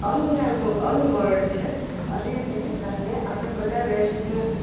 અન્ન મળે છે અને તેનાં કારણે આપણે બધાં દેશને